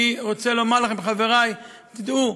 אני רוצה לומר לכם, חברי, תדעו,